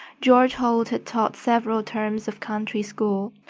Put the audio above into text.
george holt had taught several terms of country school,